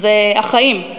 זה "החיים",